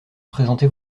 présenter